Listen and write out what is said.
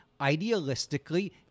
idealistically